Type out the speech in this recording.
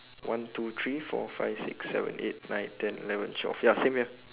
one two three four five six seven eight nine ten eleven twelve ya same here